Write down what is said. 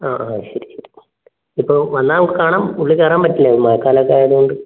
ആ ആ ശരി ശരി ഇപ്പം നം വന്നാൽ നമുക്ക് കാണാൻ ഉള്ളിൽ കയറാൻ പറ്റില്ലേ മഴക്കാലം ഒക്കെ ആയതുകൊണ്ട്